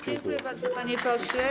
Dziękuję bardzo, panie pośle.